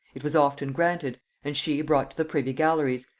it was often granted, and she brought to the privy galleries,